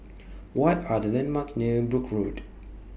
What Are The landmarks near Brooke Road